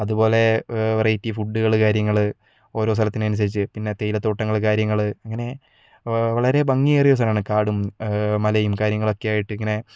അതുപോലെ വെറൈറ്റി ഫുഡ്ഡുകൾ കാര്യങ്ങൾ ഓരോ സ്ഥലത്തിനനുസരിച്ച് പിന്നെ തേയിലത്തോട്ടങ്ങൾ കാര്യങ്ങൾ അങ്ങനെ വളരെ ഭംഗിയേറിയ സ്ഥലമാണ് കാടും മലയും കാര്യങ്ങളൊക്കെയായിട്ട് ഇങ്ങനെ